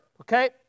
Okay